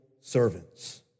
servants